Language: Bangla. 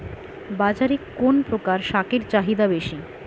বাজারে কোন প্রকার শাকের চাহিদা বেশী?